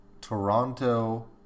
Toronto